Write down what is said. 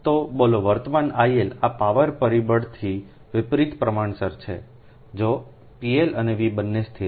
તો બોલો વર્તમાન ILએ પાવર પરિબળથી વિપરિત પ્રમાણસર છે જોPLઅને V બંને સ્થિર